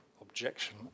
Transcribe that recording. objection